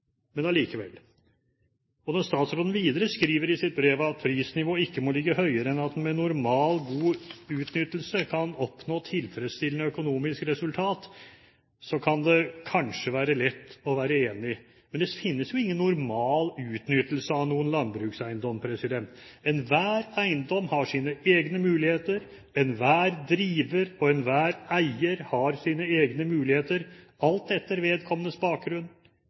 men allikevel. Når statsråden videre skriver i sitt brev at prisnivået ikke må ligge høyere enn at en med normal god utnyttelse kan oppnå tilfredsstillende økonomisk resultat, så kan det kanskje være lett å være enig. Men det finnes jo ingen normal utnyttelse av noen landbrukseiendom. Enhver eiendom har sine egne muligheter. Enhver driver og enhver eier har sine egne muligheter, alt etter vedkommendes bakgrunn,